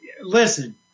Listen